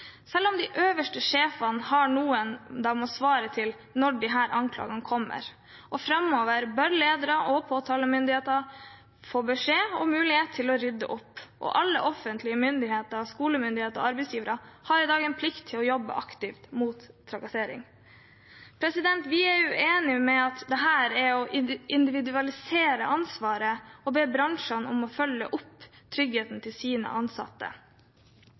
Selv de øverste sjefene har noen de må svare til når disse anklagene kommer, og framover bør ledere og påtalemyndighetene få beskjed og mulighet til å rydde opp. Alle offentlige myndigheter, skolemyndigheter og arbeidsgivere har i dag en plikt til å jobbe aktivt mot trakassering. Vi er uenig i at det er å individualisere ansvaret å be bransjene om å følge opp tryggheten til sine ansatte.